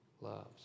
loves